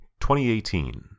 2018